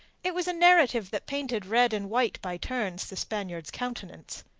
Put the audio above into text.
it was a narrative that painted red and white by turns the spaniard's countenance.